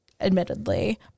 admittedly